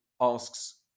asks